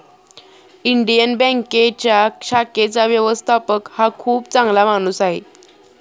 Indian बँकेच्या शाखेचा व्यवस्थापक हा खूप चांगला माणूस आहे